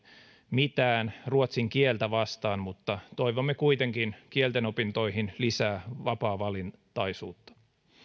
mitään ruotsin kieltä vastaan mutta että toivomme kuitenkin kielten opintoihin lisää vapaavalintaisuutta